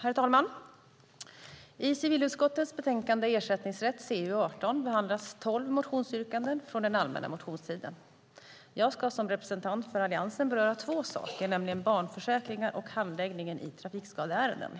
Herr talman! I civilutskottets betänkande Ersättningsrätt , CU18, behandlas tolv motionsyrkanden från den allmänna motionstiden. Jag ska som representant för Alliansen beröra två saker, nämligen barnförsäkringar och handläggningen i trafikskadeärenden.